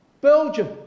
Belgium